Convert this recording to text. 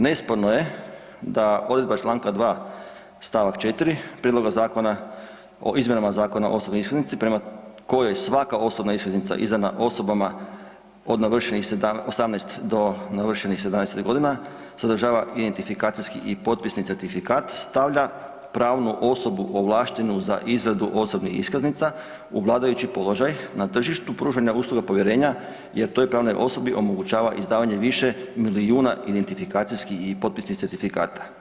Nesporno je da odredba članka 2. stavak 4. Prijedloga zakona o izmjenama Zakona o osobnoj iskaznici prema kojoj svaka osobna iskaznica izdana osobama od navršenih 18 do navršenih … godina sadržava identifikacijski i potpisni certifikat stavlja pravnu osobu ovlaštenu za izradu osobnih iskaznica u vladajući položaj na tržištu pružanja usluga povjerenja jer toj pravnoj osobi omogućava izdavanje više milijuna identifikacijskih i potpisnih certifikata.